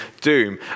doom